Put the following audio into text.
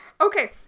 Okay